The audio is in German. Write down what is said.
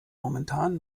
momentan